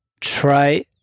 try